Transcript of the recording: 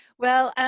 well,